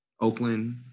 Oakland